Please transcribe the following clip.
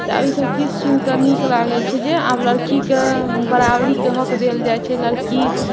तऽ आब ईसभ चीज सुनिके नीक लागैत छै जे आब लड़कीके बराबरीके हक देल जाइत छै लड़की